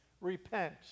repent